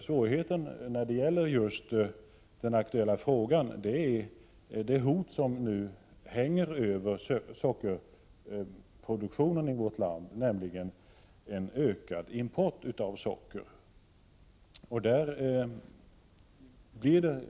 Svårigheten i det aktuella fallet är det hot som nu hänger över sockerproduktionen i vårt land, nämligen en ökad import av socker.